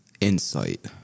insight